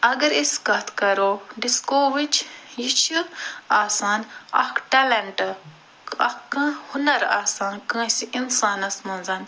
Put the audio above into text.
اگر أسۍ کتھ کرو ڈِسکووٕچۍ یہِ چھِ آسان اَکھ ٹیلیٚنٛٹہٕ مطلب اَکھ کانٛہہ ہُنر آسان کٲنسہِ انسانَس منٛز